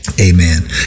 Amen